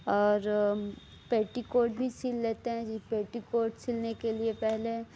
और पेटीकोट भी सिल लेते हैं जी पेटिकोट सिलने के लिए पहले